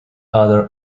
honor